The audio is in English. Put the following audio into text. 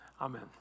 amen